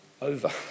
over